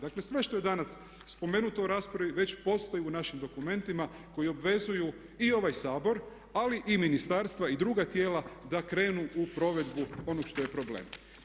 Dakle sve što je danas spomenuto u raspravi već postoji u našim dokumentima koji obvezuju i ovaj Sabor ali i ministarstva i druga tijela da krenu u provedbu onog što je problem.